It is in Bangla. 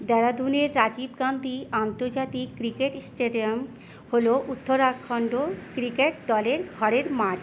দেরাদুনের রাজীব গান্ধি আন্তর্জাতিক ক্রিকেট স্টেডিয়াম হলো উত্তরাখন্ড ক্রিকেট দলের ঘরের মাঠ